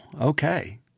Okay